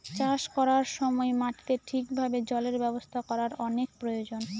চাষ করার সময় মাটিতে ঠিক ভাবে জলের ব্যবস্থা করার অনেক প্রয়োজন